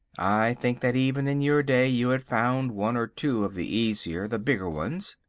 i think that even in your day you had found one or two of the easier, the bigger ones?